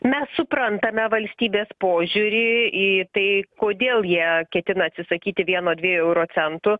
mes suprantame valstybės požiūrį į tai kodėl jie ketina atsisakyti vieno dviejų euro centų